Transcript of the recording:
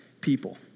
people